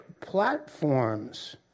platforms